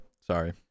Sorry